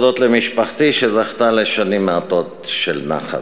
למשפחתי, שזכתה לשנים מעטות של נחת,